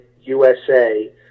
USA